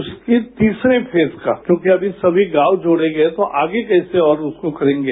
उसकी तीसरे फेज का क्योंकि अभी सभी गांव जोडेंगे तो आगे कैसे और उसको करेंगे